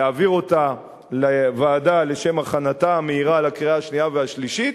להעביר אותה לוועדה לשם הכנתה המהירה לקריאה השנייה והשלישית,